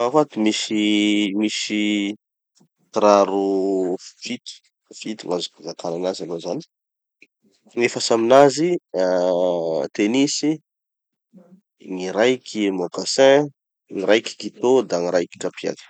Zaho ato misy, misy kiraro fito, fito gn'azoko izakana anazy aloha zany. Gn'efatsy aminazy, ah tennis, gny raiky mocassin, gny raiky kitô, da gny raiky kapiaky.